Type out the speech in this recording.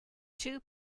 two